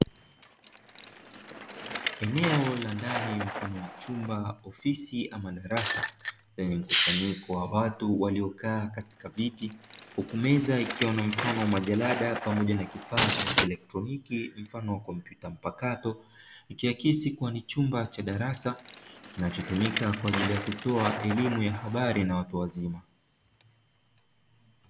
Eneo la ndani mfano wa chumba, ofisi ama darasa lenye mkusanyiko wa watu waliokaa katika viti, huku meza ikiwa na mfano wa majarada pamoja na kifaa cha kielektroniki mfano wa kompyuta mpakato ikiakisi kuwa ni chumba cha darasa kinachotumika kwa ajili ya kutoa elimu ya habari na watu wazima.